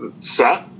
set